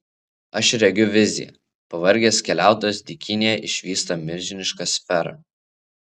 aš regiu viziją pavargęs keliautojas dykynėje išvysta milžinišką sferą